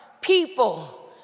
people